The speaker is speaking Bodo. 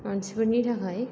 मानसिफोरनि थाखाय